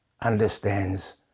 understands